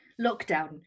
lockdown